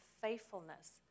faithfulness